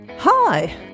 Hi